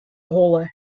holle